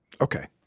Okay